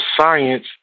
science